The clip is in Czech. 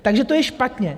Takže to je špatně.